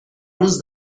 روز